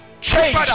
Change